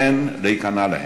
אין להיכנע להם.